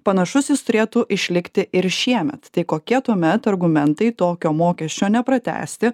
panašus jis turėtų išlikti ir šiemet tai kokie tuomet argumentai tokio mokesčio nepratęsti